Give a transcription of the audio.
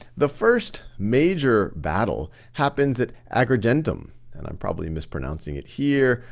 the first major battle happens at agrigentum, and i'm probably mispronouncing it here,